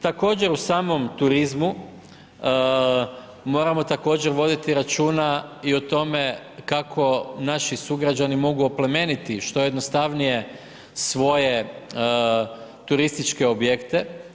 Također u samom turizmu moramo također voditi računa i o tome kako naši sugrađani mogu oplemeniti što jednostavnije svoje turističke objekte.